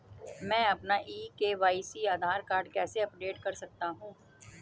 मैं अपना e KYC Aadhaar card कैसे अपडेट कर सकता हूँ?